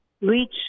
reach